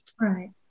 Right